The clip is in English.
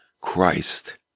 Christ